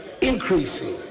increasing